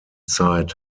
zeit